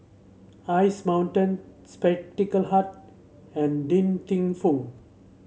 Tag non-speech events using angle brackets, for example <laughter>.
Ice Mountain Spectacle Hut and Din <unintelligible> Fung